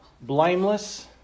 blameless